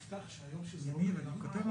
רגע, הראל לא דיבר.